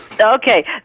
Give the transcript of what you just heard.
Okay